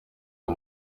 aya